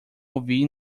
ouvi